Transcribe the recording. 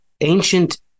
ancient